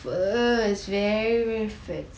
first very very first